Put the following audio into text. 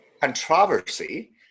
controversy